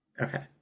Okay